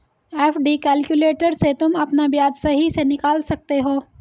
FD calculator से तुम अपना ब्याज सही से निकाल सकते हो